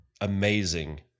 amazing